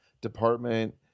department